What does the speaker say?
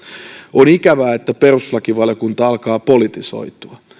on ikävää että perustuslakivaliokunta alkaa politisoitua